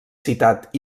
citat